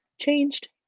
changed